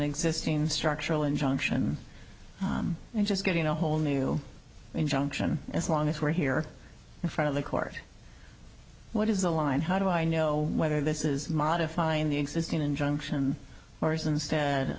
existing structural injunction and just getting a whole new injunction as long as we're here in front of the court what is the line how do i know whether this is modifying the existing injunction or is instead